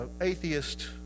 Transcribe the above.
atheist